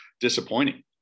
disappointing